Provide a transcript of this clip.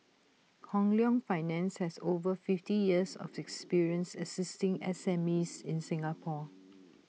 Hong Leong finance has over fifty years of experience assisting S M E's in Singapore